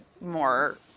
more